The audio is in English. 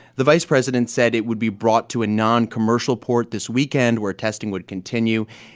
the vice president said it would be brought to a noncommercial port this weekend where testing would continue.